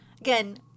Again